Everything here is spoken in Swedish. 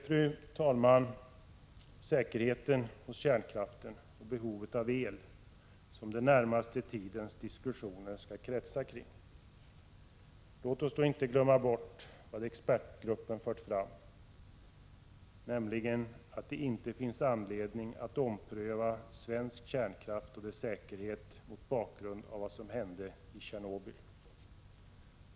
Fru talman! Det är säkerheten hos kärnkraften och behovet av el som den närmaste tidens diskussioner skall kretsa kring. Låt oss då inte glömma bort vad expertgruppen har fört fram, nämligen att det inte finns anledning att ompröva svensk kärnkraft och dess säkerhet mot bakgrund av vad som hände i Tjernobyl.